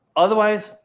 otherwise,